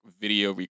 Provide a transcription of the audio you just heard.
video